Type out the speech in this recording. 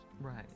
right